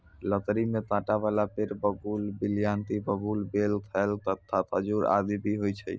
लकड़ी में कांटा वाला पेड़ बबूल, बिलायती बबूल, बेल, खैर, कत्था, खजूर आदि भी होय छै